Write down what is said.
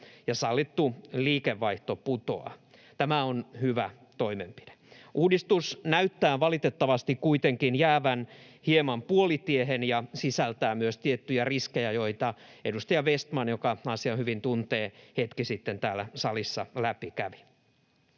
sallittu liikevaihto putoaa. Tämä on hyvä toimenpide. Uudistus näyttää valitettavasti kuitenkin jäävän hieman puolitiehen ja sisältää myös tiettyjä riskejä, joita edustaja Vestman, joka asian hyvin tuntee, hetki sitten täällä salissa kävi läpi.